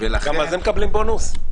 גם על זה מקבלים בונוס?